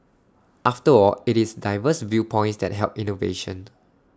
after all IT is diverse viewpoints that help innovation